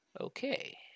Okay